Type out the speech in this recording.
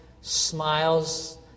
smiles